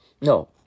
No